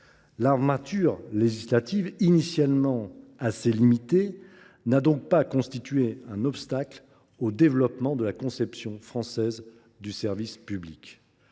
L’armature législative initialement assez limitée n’a donc pas constitué un obstacle au développement de la conception française du service public.